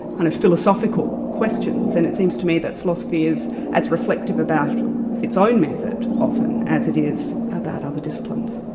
kind of philosophical questions, then it seems to me that philosophy is as reflective about its own method often, as it is about other disciplines.